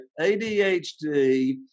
ADHD